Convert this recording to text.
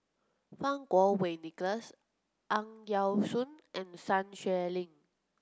Fang Kuo Wei Nicholas Ang Yau Choon and Sun Xueling